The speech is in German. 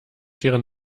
deren